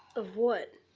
of what?